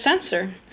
sensor